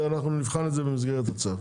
ואנחנו נבחן את זה במסגרת הצו,